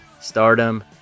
Stardom